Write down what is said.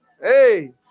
Hey